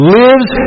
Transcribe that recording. lives